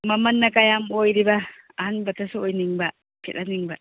ꯃꯃꯜꯅ ꯀꯌꯥꯝ ꯑꯣꯏꯔꯤꯕ ꯑꯍꯟꯕꯗꯁꯨ ꯑꯣꯏꯅꯤꯡꯕ ꯁꯦꯠꯍꯟꯅꯤꯡꯕ